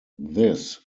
this